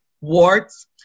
warts